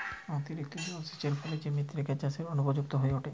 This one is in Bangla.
অতিরিক্ত জলসেচের ফলে কি মৃত্তিকা চাষের অনুপযুক্ত হয়ে ওঠে?